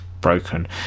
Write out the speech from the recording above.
broken